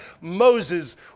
Moses